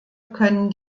können